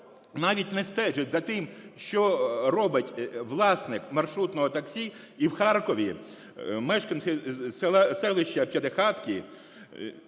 навіть не стежить за тим, що робить власник маршрутного таксі. І в Харкові мешканці селища П'ятихатки,